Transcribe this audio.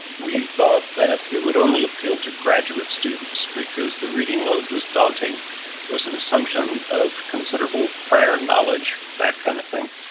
we thought that it would only appeal to graduate students because the reading load was daunting. it was an assumption of considerable prior knowledge. that kind of thing.